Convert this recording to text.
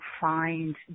find